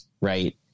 right